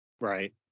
Right